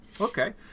Okay